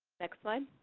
next slide.